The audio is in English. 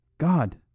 God